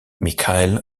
mikhaïl